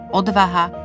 odvaha